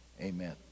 Amen